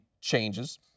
changes